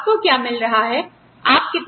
आपको क्या मिल रहा है